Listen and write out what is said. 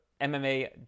MMA